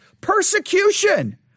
persecution